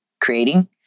creating